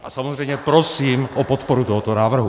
A samozřejmě prosím o podporu tohoto návrhu.